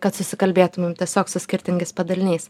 kad susikalbėtumėm tiesiog su skirtingais padaliniais